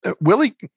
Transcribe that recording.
Willie